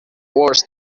wars